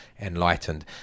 enlightened